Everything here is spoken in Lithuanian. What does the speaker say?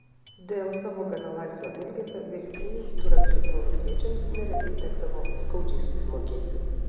dėl savo gana laisvo elgesio vėlyvųjų viduramžių europiečiams neretai tekdavo skaudžiai susimokėti